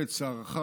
לצערך,